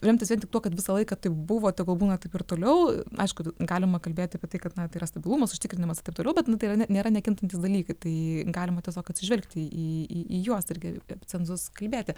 remtas vien tik tuo kad visą laiką taip buvo tegul būna taip ir toliau aišku galima kalbėti apie tai kad na tai yra stabilumas užtikrinimas ir taip toliau bet nu tai nėra nėra nekintantys dalykai tai galima tiesiog atsižvelgti į į į juos ir geriau cenzus kalbėti